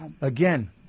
Again